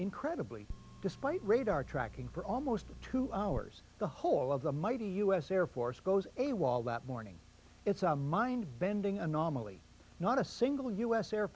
incredibly despite radar tracking for almost two hours the whole of the mighty us air force goes a wall that morning it's a mind bending anomaly not a single u s air